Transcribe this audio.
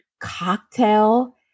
cocktail